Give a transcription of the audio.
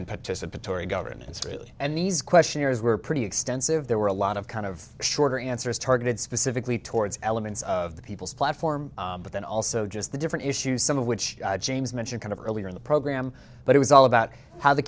and participatory governance really and these questionnaires were pretty extensive there were a lot of kind of shorter answers targeted specifically towards elements of the people's platform but then also just the different issues some of which james mentioned kind of earlier in the program but it was all about how the